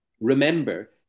remember